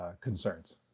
concerns